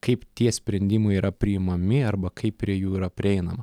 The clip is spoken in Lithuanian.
kaip tie sprendimai yra priimami arba kaip prie jų yra prieinama